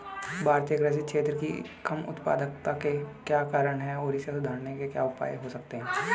भारतीय कृषि क्षेत्र की कम उत्पादकता के क्या कारण हैं और इसे सुधारने के उपाय क्या हो सकते हैं?